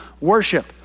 worship